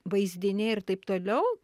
vaizdiniai ir taip toliau